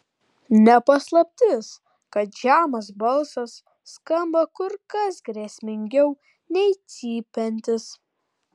ne paslaptis kad žemas balsas skamba kur kas grėsmingiau nei cypiantis